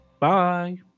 Bye